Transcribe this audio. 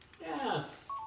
Yes